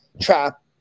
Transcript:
trap